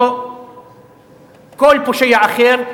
או כל פושע אחר,